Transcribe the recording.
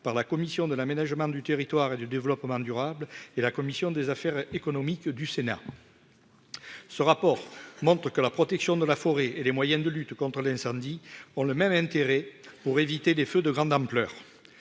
par la commission de l'aménagement du territoire et du développement durable et la commission des affaires économiques du Sénat, ce rapport montre que la protection de la forêt et les moyens de lutte contre les incendies ont le même intérêt pour éviter les feux de grande ampleur